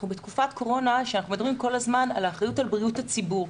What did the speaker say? אנחנו בתקופת קורונה שאנחנו מדברים כל הזמן על אחריות על בריאות הציבור,